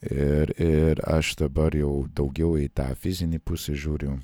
ir ir aš dabar jau daugiau į tą fizinį pusę žiūriu